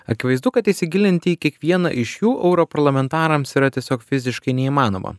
akivaizdu kad įsigilinti į kiekvieną iš jų europarlamentarams yra tiesiog fiziškai neįmanoma